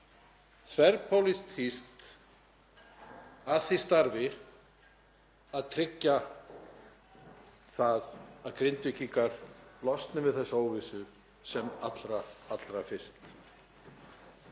þverpólitískt að því starfi að tryggja það að Grindvíkingar losni við þessa óvissu sem allra fyrst.